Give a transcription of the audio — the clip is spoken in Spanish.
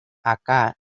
acá